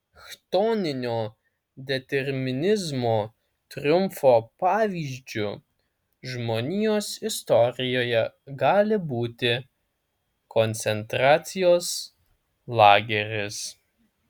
chtoninio determinizmo triumfo pavyzdžiu žmonijos istorijoje gali būti koncentracijos lageris